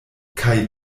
kaj